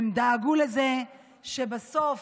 דאגו לזה שבסוף